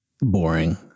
boring